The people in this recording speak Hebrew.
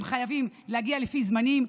הם חייבים להגיע על פי זמנים,